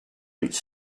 each